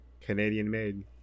Canadian-made